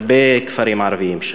הרבה כפרים ערביים שם.